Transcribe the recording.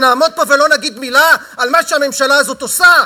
שנעמוד פה ולא נגיד מילה על מה שהממשלה הזאת עושה?